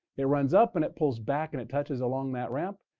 it runs up and it pulls back, and it touches along that ramp.